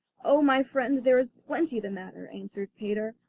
oh, my friend, there is plenty the matter answered peter.